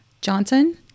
Johnson